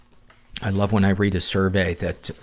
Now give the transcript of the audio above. i love when i read a survey that,